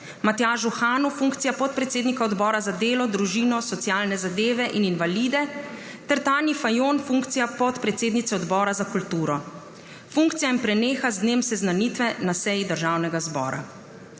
Matjažu Hanu funkcija podpredsednika Odbora za delo, družino, socialne zadeve in invalide ter Tanji Fajon funkcija podpredsednice Odbora za kulturo. Funkcija jim preneha z dnem seznanitve na seji Državnega zbora.